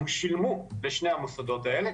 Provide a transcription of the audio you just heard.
הם שילמו בשני המוסדות האלה,